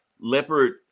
leopard